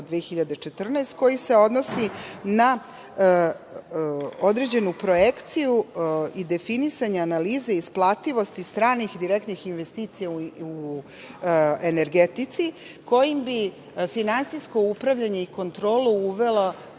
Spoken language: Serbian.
2014. koji se odnosi na određenu projekciju i definisanje analize isplativosti stranih i direktnih investicija u energetici, kojim bi finansijsko upravljanje i kontrolu uvelo